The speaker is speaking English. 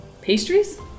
pastries